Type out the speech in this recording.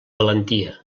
valentia